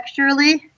texturally